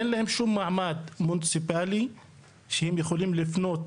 אין להם שום מעמד מוניציפלי שהם יכולים לפנות